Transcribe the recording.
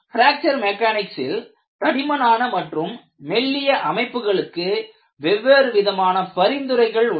fracture மெக்கானிக்ஸில் தடிமனான மற்றும் மெல்லிய அமைப்புகளுக்கு வெவ்வேறு விதமான பரிந்துரைகள் உள்ளன